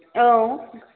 औ